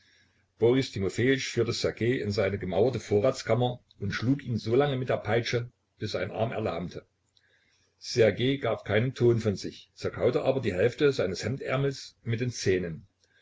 boris timofejitsch führte ssergej in seine gemauerte vorratskammer und schlug ihn so lange mit der peitsche bis sein arm erlahmte ssergej gab keinen ton von sich zerkaute aber die hälfte seines hemdärmels mit den zähnen